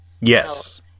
Yes